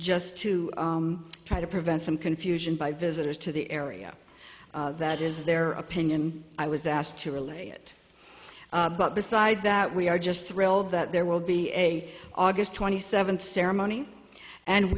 just to try to prevent some confusion by visitors to the area that is their opinion i was asked to relate it but besides that we are just thrilled that there will be a aug twenty seventh ceremony and